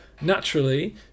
naturally